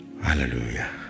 Hallelujah